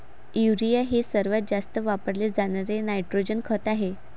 urea हे सर्वात जास्त वापरले जाणारे नायट्रोजन खत आहे